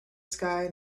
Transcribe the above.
sky